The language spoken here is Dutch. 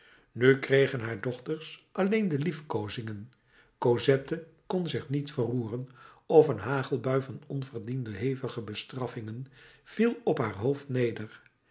nu kregen haar dochters alleen de liefkoozingen cosette kon zich niet verroeren of een hagelbui van onverdiende hevige bestraffingen viel op haar hoofd neder